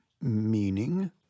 Meaning